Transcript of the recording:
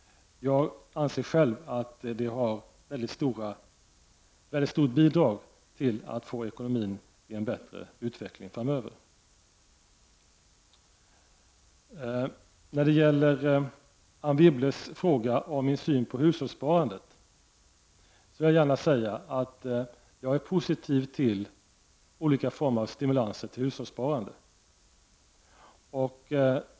Jag anser själv att den ger ett mycket stort bidrag till att få en bättre utveckling i ekonomin framöver. När det gäller Anne Wibbles fråga om min syn på hushållssparandet vill jag säga att jag är positiv till olika former av stimulanser till hushållssparande.